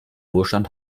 wohlstand